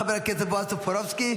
חבר הכנסת בועז טופורובסקי,